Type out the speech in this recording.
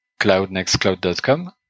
cloudnextcloud.com